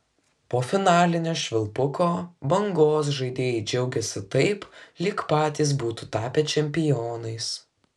po finalinio švilpuko bangos žaidėjai džiaugėsi taip lyg patys būtų tapę čempionais